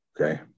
okay